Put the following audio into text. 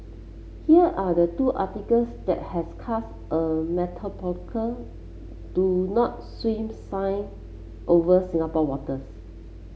here are the two articles that has cast a metaphorical do not swim sign over Singapore waters